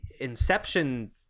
inception